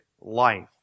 life